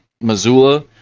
Missoula